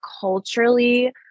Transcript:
culturally